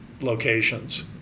locations